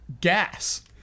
gas